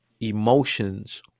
emotions